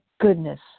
goodness